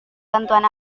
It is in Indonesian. bantuan